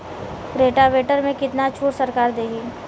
Rotavator में कितना छूट सरकार देही?